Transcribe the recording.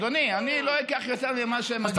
אני לא אקח יותר ממה שמגיע לי.